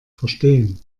verstehen